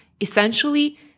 essentially